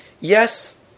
Yes